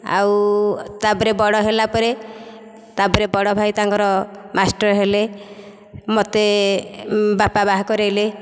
ଆଉ ତା'ପରେ ବଡ଼ ହେଲାପରେ ତା'ପରେ ବଡ଼ ଭାଇ ତାଙ୍କର ମାଷ୍ଟର ହେଲେ ମୋତେ ବାପା ବାହା କରାଇଲେ